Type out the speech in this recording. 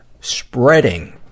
spreading